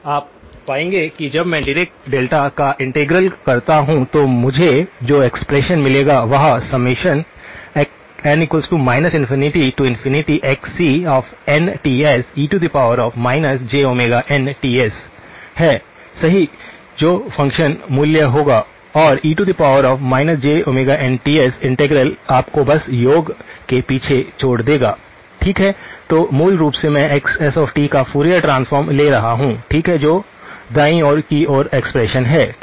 आप पाएंगे कि जब मैं डीरेक डेल्टा में का इंटीग्रल करता हूं तो मुझे जो एक्सप्रेशन मिलेगी वह n ∞xcnTse jnTs है सही जो फ़ंक्शन मूल्य होगाऔर e jnTs इंटीग्रल आपको बस योग के पीछे छोड़ देगा ठीक है तो मूल रूप से मैं xs का फूरियर रूपांतरण ले रहा हूं ठीक है जो दाईं ओर की ओर एक्सप्रेशन है ठीक है